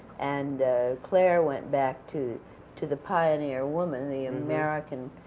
and claire went back to to the pioneer woman, the american